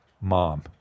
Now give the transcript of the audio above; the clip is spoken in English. mom